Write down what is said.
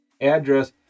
address